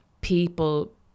people